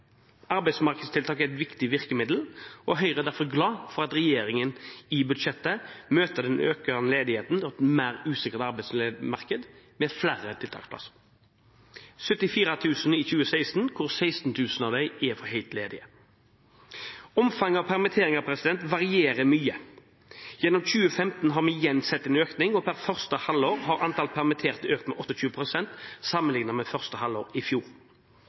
Arbeidsmarkedstiltak er et viktig virkemiddel, og Høyre er derfor glad for at regjeringen i budsjettet møter den økende ledigheten med usikkert arbeidsmarked med flere tiltaksplasser, 74 000 i 2016, hvor 16 000 av dem er for helt ledige. Omfanget av permitteringer varierer mye. Gjennom 2015 har vi igjen sett en økning, og per første halvår har antall permitterte økt med 28 pst. sammenlignet med første halvår i fjor.